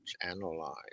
analyze